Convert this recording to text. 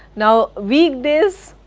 now, week days